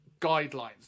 guidelines